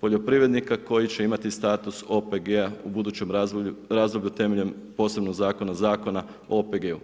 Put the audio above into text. poljoprivrednika koji će imati status OPG-a u budućem razdoblju temeljem posebnog zakona, Zakona o OPG-u.